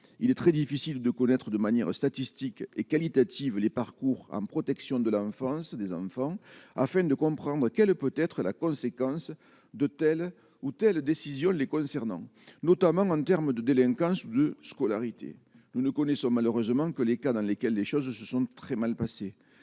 il est très difficile de connaître de manière statistique et qualitative, les parcours en protection de l'enfance des enfants afin de comprendre quelle peut être la conséquence de telle ou telle décision les concernant, notamment en termes de délinquance de scolarité, nous ne connaissons malheureusement que les cas dans lesquels les choses se sont très mal passées,